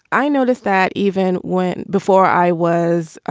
i noticed that even when before i was,